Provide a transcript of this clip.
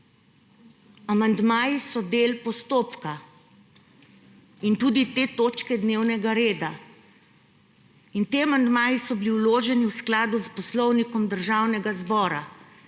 Amandmaji so del postopka in tudi te točke dnevnega reda in ti amandmaji so bili vloženi v skladu s Poslovnikom Državnega zbora